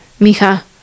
mija